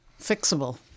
fixable